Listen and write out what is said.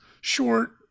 short